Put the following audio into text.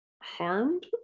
harmed